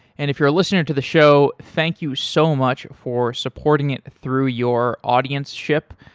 and if you're listening to the show, thank you so much for supporting it through your audienceship.